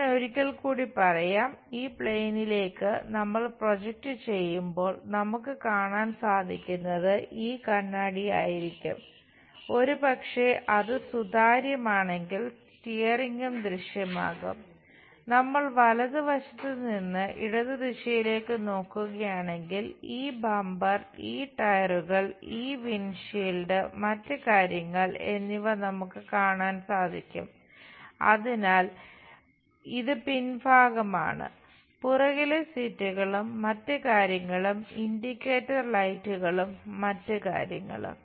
ഞാൻ ഒരിക്കൽ കൂടി പറയാം ഈ പ്ലെയിനിലേക്കു മറ്റ് കാര്യങ്ങളും